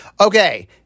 Okay